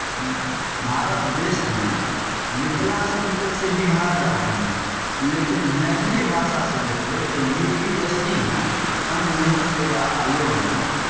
भारत देशमे मिथिला क्षेत्र तऽ छै बिहार राज्यमे लेकिन मैथिली भाषासँ देखबै तऽ यू पी एस सी मे संघ लोक सेवा आयोगमे